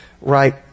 right